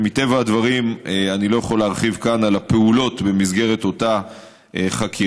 ומטבע הדברים אני לא יכול להרחיב כאן על הפעולות במסגרת אותה חקירה.